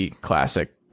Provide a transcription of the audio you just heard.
classic